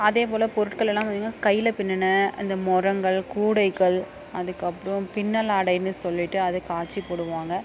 அதே போல் பொருட்கள் எல்லாம் பார்த்திங்கனா கையில் பின்னுன அந்த முறங்கள் கூடைகள் அதுக்கப்புறோம் பின்னல் ஆடைன்னு சொல்லிகிட்டு அதை காட்சிப்போடுவாங்க